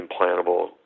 implantable